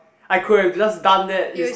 I could have just done that is